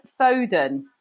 Foden